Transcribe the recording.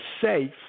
safe